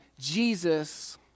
Jesus